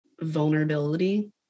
vulnerability